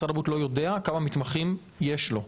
משרד הבריאות לא יודע כמה מתמחים יש לו,